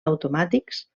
automàtics